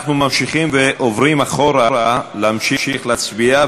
אנחנו ממשיכים ועוברים אחורה להמשיך להצביע.